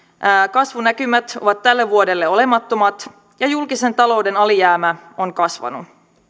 kasvunäkymät ovat tälle vuodelle olemattomat ja julkisen talouden alijäämä on kasvanut